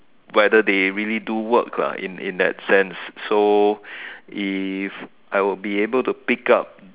whether they really do work lah in in that sense so if I would be able to pick up